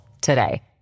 today